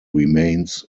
remains